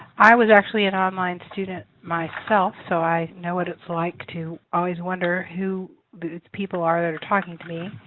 i was actually an online student myself, so i know what it's like to always wonder who but the people are that are talking to me